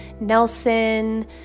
nelson